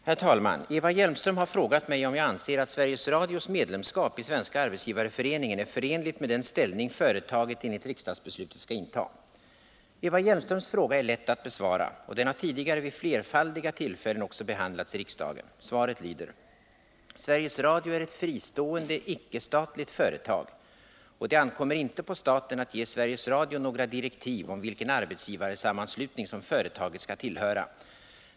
Herr talman! Eva Hjelmström har frågat mig om jag anser att Sveriges Radios medlemskap i Svenska arbetsgivareföreningen är förenligt med den ställning företaget enligt riksdagsbeslutet skall inta. Eva Hjelmströms fråga är lätt att besvara, och den har tidigare vid flerfaldiga tillfällen också behandlats i riksdagen. Svaret lyder: Sveriges Radio är ett fristående icke-statligt företag, och det ankommer inte på staten att ge Sveriges Radio några direktiv om vilken arbetsgivarsammanslutning som företaget skall tillhöra.